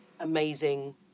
amazing